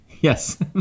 Yes